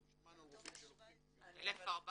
אנחנו שמענו על רופאים שלוקחים גם יותר -- יובל,